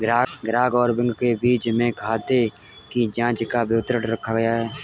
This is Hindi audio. ग्राहक और बैंक के बीच में ही खाते की जांचों का विवरण रखा जाता है